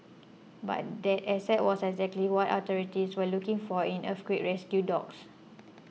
but that asset was exactly what authorities were looking for in earthquake rescue dogs